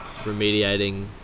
remediating